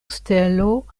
stelo